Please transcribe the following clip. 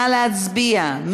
נא להצביע.